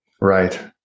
Right